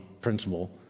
principle